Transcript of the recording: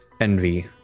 envy